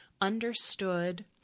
understood